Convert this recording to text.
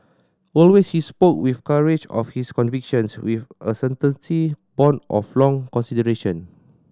always he spoke with the courage of his convictions with a certainty born of long consideration